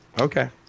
Okay